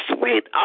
sweet